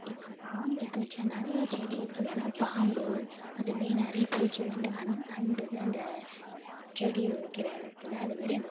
இப்போ பாம்பு இப்போ நிறையா செடி இருக்கிறதால பாம்பு அது மாரி நிறையா பூச்சி வந்து அண் அண்டுது அந்த செடி வைக்கிற இடத்துல அதே மாரி